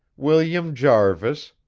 william jarvis,